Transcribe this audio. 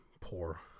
poor